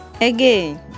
Again